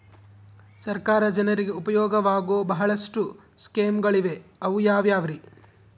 ಸರ್ಕಾರ ಜನರಿಗೆ ಉಪಯೋಗವಾಗೋ ಬಹಳಷ್ಟು ಸ್ಕೇಮುಗಳಿವೆ ಅವು ಯಾವ್ಯಾವ್ರಿ?